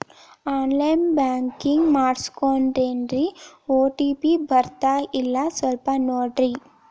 on line banking ಮಾಡಿಸ್ಕೊಂಡೇನ್ರಿ OTP ಬರ್ತಾಯಿಲ್ಲ ಸ್ವಲ್ಪ ನೋಡ್ರಿ